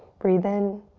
breathe in.